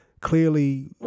Clearly